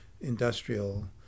industrial